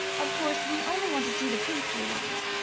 of course we only want to see the principal ones.